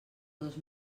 dos